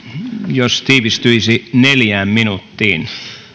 jos tiivistyisi neljään minuuttiin